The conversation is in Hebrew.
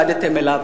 שהתנגדתם לו.